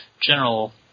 general